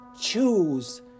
Choose